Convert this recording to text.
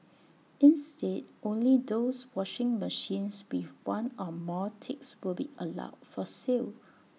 instead only those washing machines with one or more ticks will be allowed for sale